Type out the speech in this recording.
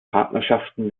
partnerschaften